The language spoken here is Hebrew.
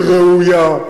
היא ראויה,